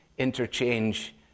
interchange